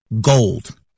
Gold